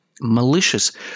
malicious